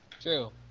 True